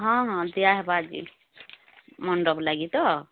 ହଁ ହଁ ଦିଆ ହେବ ଆଜି ମଣ୍ଡପ ଲାଗି ତ